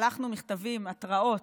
שלחנו מכתבים, התראות,